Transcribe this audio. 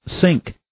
Sink